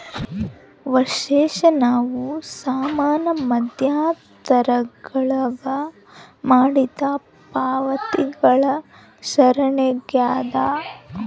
ವರ್ಷಾಶನವು ಸಮಾನ ಮಧ್ಯಂತರಗುಳಾಗ ಮಾಡಿದ ಪಾವತಿಗಳ ಸರಣಿಯಾಗ್ಯದ